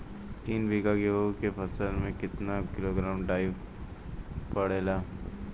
तीन बिघा गेहूँ के फसल मे कितना किलोग्राम डाई पड़ेला?